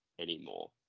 anymore